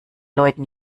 leuten